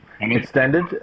Extended